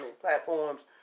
platforms